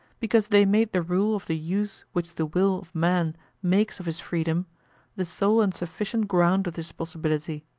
because they made the rule of the use which the will of man makes of his freedom the sole and sufficient ground of this possibility,